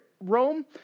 Rome